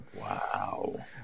Wow